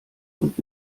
und